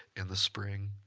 in the spring,